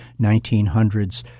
1900s